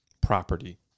property